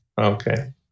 Okay